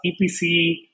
EPC